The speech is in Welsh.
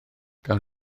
gawn